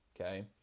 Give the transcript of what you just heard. okay